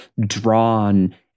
drawn